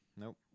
Nope